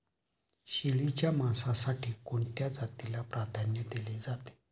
शेळीच्या मांसासाठी कोणत्या जातीला प्राधान्य दिले जाते?